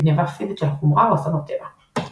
גנבה פיזית של חומרה או אסונות טבע.